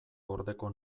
gordeko